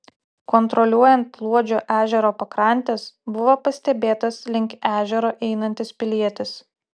kontroliuojant luodžio ežero pakrantes buvo pastebėtas link ežero einantis pilietis